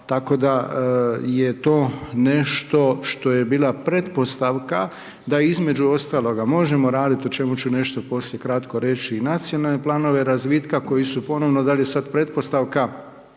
tako da je to nešto što je bila pretpostavka, da između ostalog možemo raditi, o čemu ću nešto poslije kratko reći i nacionalne planove razvitka, koji su ponovno, da li je sad pretpostavka,